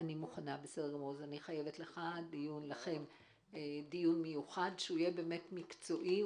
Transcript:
אני חייבת לכם דיון מיוחד שיהיה מקצועי;